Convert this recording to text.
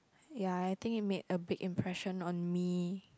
ya I think it made a big impression on me